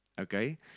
Okay